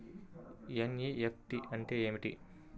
NEFT అంటే ఏమిటి?